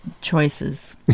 Choices